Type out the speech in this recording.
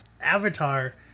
Avatar